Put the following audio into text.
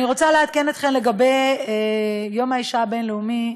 אני רוצה לעדכן אתכם לגבי יום האישה הבין-לאומי.